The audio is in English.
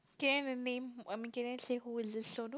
can I have the name I mean can I say who is this